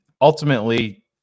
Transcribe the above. ultimately